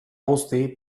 guzti